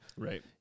Right